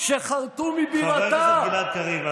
חבר הכנסת גלעד קריב.